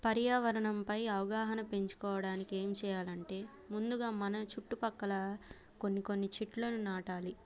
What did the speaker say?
పర్యావరణంపై అవగాహన పెంచుకోవడానికి ఏమి చెయ్యాలంటే ముందుగా మనం చుట్టుపక్కల కొన్ని కొన్ని చెట్లను నాటాలి